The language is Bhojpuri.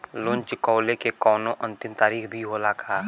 लोन चुकवले के कौनो अंतिम तारीख भी होला का?